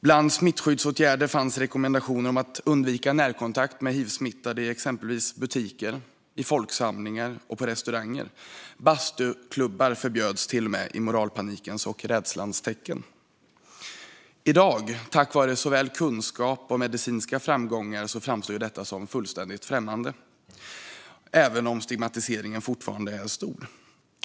Bland smittskyddsåtgärder fanns rekommendationer om att undvika närkontakt med hivsmittade exempelvis i butiker, i folksamlingar och på restauranger. Bastuklubbar förbjöds till och med i moralpanikens och rädslans tecken. I dag framstår detta, tack vare kunskap och medicinska framgångar, som fullständigt främmande, även om stigmatiseringen fortfarande är stor.